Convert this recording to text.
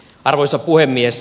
arvoisa puhemies